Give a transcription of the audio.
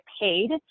paid